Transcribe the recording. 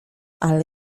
ale